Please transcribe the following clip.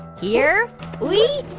here we